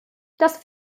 das